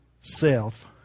self